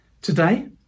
Today